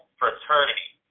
fraternity